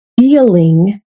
feeling